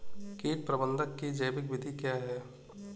कीट प्रबंधक की जैविक विधि क्या है?